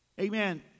amen